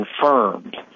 confirmed